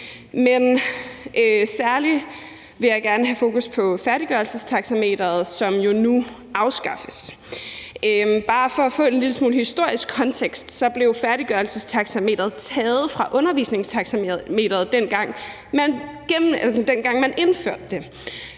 Men særlig vil jeg gerne have fokus på færdiggørelsestaxameteret, som nu afskaffes. Bare for at give en lille smule historisk kontekst vil jeg sige, at færdiggørelsestaxameteret blev taget fra undervisningstaxameteret, dengang man indførte det.